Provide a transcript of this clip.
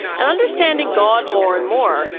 and understanding god more and more,